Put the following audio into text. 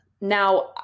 Now